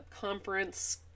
conference